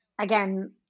again